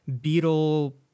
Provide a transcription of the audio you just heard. Beetle